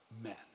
men